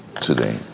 today